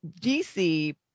DC